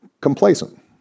complacent